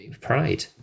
pride